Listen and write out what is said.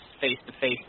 face-to-face